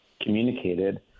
communicated